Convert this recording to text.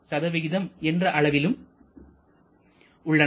4 என்ற அளவிலும் உள்ளன